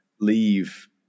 leave